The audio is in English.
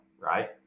right